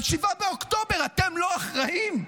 על 7 באוקטובר אתם לא אחראים?